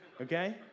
okay